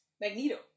Magneto